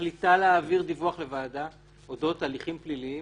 מחליטה להעביר דיווח לוועדה על אודות הליכים פליליים